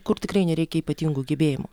kur tikrai nereikia ypatingų gebėjimų